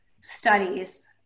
studies